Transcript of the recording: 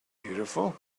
beautiful